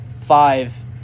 five